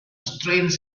strange